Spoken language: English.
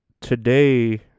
today